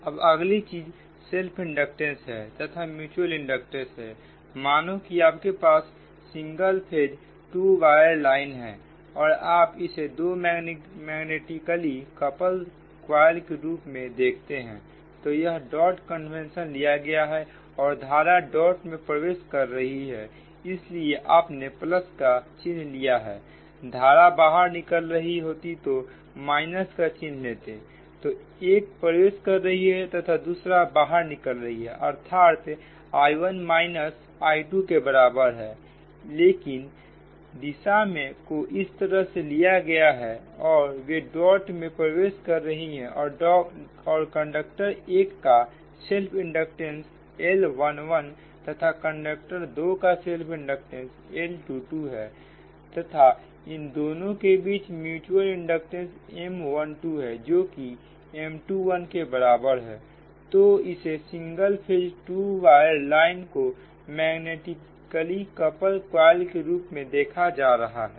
अब अगली चीज सेल्फ इंडक्टेंस तथा म्युचुअल इंडक्टेंस है मानो की आपके पास single phase two wire line है और आप इसे दो मैग्नेटिकली कपल क्वायल के रूप में देखते हैं तो यह डॉट कन्वेंशन लिया गया है और धारा डॉट मे प्रवेश कर रही है इसलिए आपने प्लस का चिन्ह लिया है धारा बाहर निकल रही होती तो का चिन्ह लेते हैं तो एक प्रवेश कर रही है तथा दूसरा बाहर निकल रही है अर्थात I1 माइनस I2 के बराबर है लेकिन दिशा को इस तरह से लिया गया है और वे डॉट में प्रवेश कर रही है और कंडक्टर 1 का सेल्फ इंडक्टेंस L11 तथा कंडक्टर 2 का सेल्फ इंडक्टेंस L22 है तथा इन दोनों के बीच का म्यूच्यूअल इंडक्टेंस M12 है जोकि M21 के बराबर है तो इसे single phase two wire line को मैग्नेटिकली कपल क्वायल के रूप में देखा जा रहा है